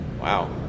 Wow